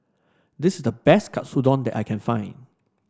this the best Katsudon that I can find